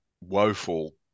woeful